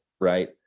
right